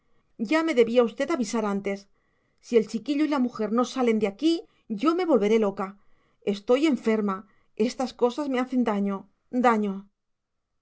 ya me debía usted avisar antes si el chiquillo y la mujer no salen de aquí yo me volveré loca estoy enferma estas cosas me hacen daño daño